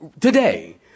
Today